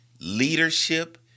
Leadership